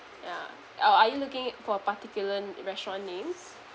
yeah or are you looking for particular restaurant names